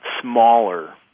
smaller